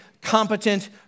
competent